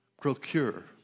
procure